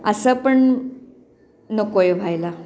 असं पण नको आहे व्हायला